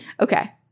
Okay